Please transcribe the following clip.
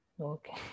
Okay